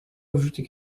ajouter